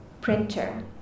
Printer